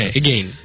again